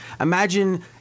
Imagine